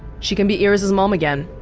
she can be iris' mom again